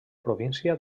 província